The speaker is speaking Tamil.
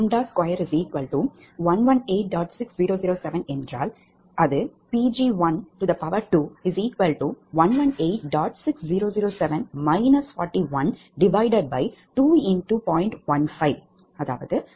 6007 என்றால் அது Pg12118